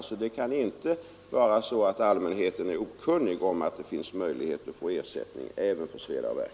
Det kan alltså inte vara så att allmänheten är okunnig om att det finns möjlighet att få ersättning även för sveda och värk.